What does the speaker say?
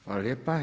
Hvala lijepa.